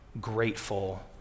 grateful